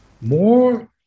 more